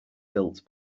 built